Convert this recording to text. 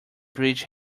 bridge